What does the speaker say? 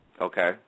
Okay